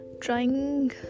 trying